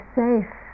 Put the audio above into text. safe